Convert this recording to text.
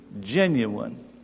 genuine